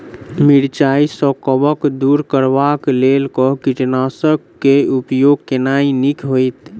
मिरचाई सँ कवक दूर करबाक लेल केँ कीटनासक केँ उपयोग केनाइ नीक होइत?